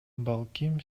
балким